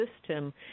system